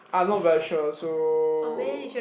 I'm not very sure so